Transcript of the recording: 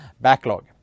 backlog